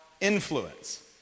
influence